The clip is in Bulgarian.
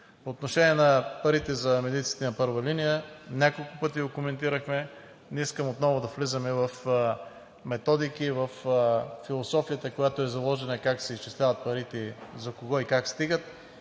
По отношение на парите за медиците на първа линия. Няколко пъти го коментирахме, не искам отново да влизаме в методики, във философията, която е заложена, как се изчисляват парите – за кого и как стигат